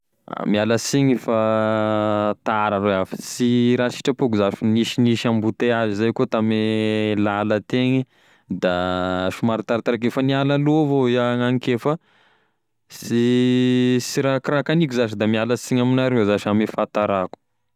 Miala signy fa tara rô iaho fa sy raha sitrapoko zany fa nisinisy amboteazy koa tame lala tegny da somary taratara kely, efa niala aloha avao iaho agnanike fa sy sy ka raha kagniko zash da miala signy amignareo zash ame fahatarako.